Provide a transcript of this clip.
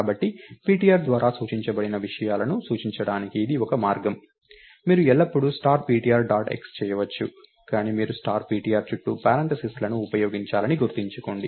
కాబట్టి ptr ద్వారా సూచించబడిన విషయాలను సూచించడానికి ఇది ఒక మార్గం మీరు ఎల్లప్పుడూ స్టార్ ptr డాట్ x చేయవచ్చు కానీ మీరు స్టార్ ptr చుట్టూ పారాన్తసిస్ లను ఉపయోగించాలని గుర్తుంచుకోండి